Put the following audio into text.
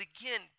again